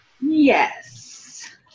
Yes